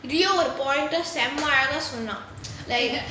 rio will point செம அழகா:sema azhaga like